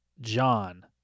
John